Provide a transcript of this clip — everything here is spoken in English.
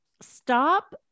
stop